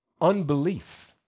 Unbelief